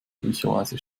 üblicherweise